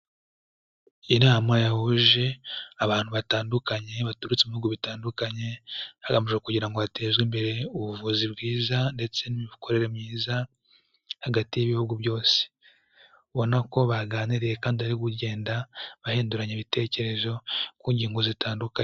Inama yahuje abantu batandukanye baturutse mu bihugu bitandukanye, hagamijwe kugira ngo hatezwe imbere ubuvuzi bwiza ndetse n'imikorere myiza hagati y'ibihugu byose. Ubona ko baganiriye kandi bari kugenda bahinduranya ibitekerezo ku ngingo zitandukanye.